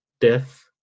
death